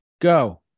go